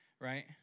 right